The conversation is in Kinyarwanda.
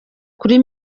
kuri